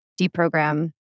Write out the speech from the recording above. deprogram